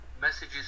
messages